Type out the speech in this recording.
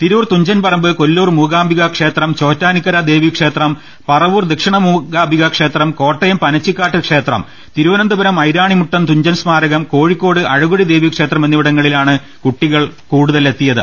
Tirur Thunchanparambu Kollur Mookambika ക്ഷേത്രം ചോറ്റാനിക്കര ദേവീ ക്ഷേത്രം പറവൂർ ദക്ഷിണ മൂകാംബിക ക്ഷേത്രം കോട്ടയം പനച്ചിക്കാട്ട് ക്ഷേത്രം തിരുവനന്തപുരം ഐരാണിമുട്ടം തുഞ്ചൻ സ്മാരകം കോഴിക്കോട് അഴകൊടി ദേവീക്ഷേത്രം എന്നിവിടങ്ങളിലാണ് കൂടുതൽ കുട്ടികളെത്തിയത്